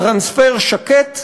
טרנספר שקט,